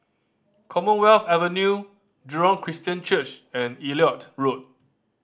Commonwealth Avenue Jurong Christian Church and Elliot Road